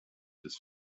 his